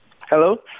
Hello